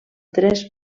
tres